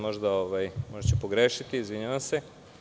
Možda ću pogrešiti, izvinjavam se.